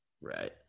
right